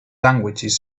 languages